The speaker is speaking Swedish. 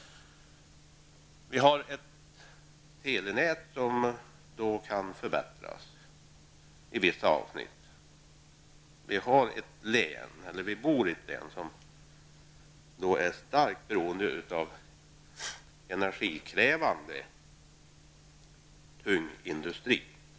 Vi har ett telenät som kan förbättras i vissa avsnitt. Vi bor i ett län som är starkt beroende av traditionell energikrävande tung industri.